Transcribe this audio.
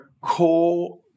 core